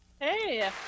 Hey